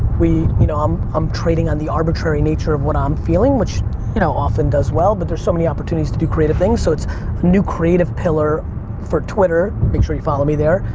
we, you know um i'm trading on the arbitrary nature of what i'm feeling, which you know often does well, but there's so many opportunities to do creative things so it's a new creative pillar for twitter. make sure you follow me there.